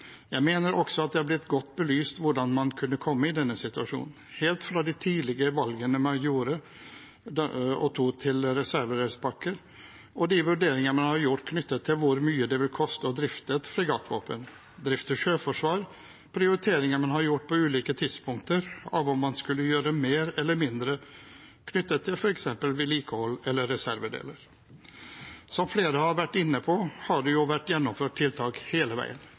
Jeg mener også at det har blitt godt belyst hvordan man kunne komme i denne situasjonen, helt fra de tidlige valgene man tok knyttet til reservedelspakker, og de vurderingene man har gjort knyttet til hvor mye det ville koste å drifte et fregattvåpen, drifte et sjøforsvar, prioriteringer man har gjort på ulike tidspunkter av om man skulle gjøre mer eller mindre knyttet til f.eks. vedlikehold eller reservedeler. Som flere har vært inne på, har det jo vært gjennomført tiltak hele veien.»